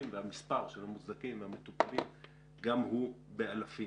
והמספר של המוצדקים והמטופלים גם הוא באלפים.